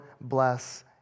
bless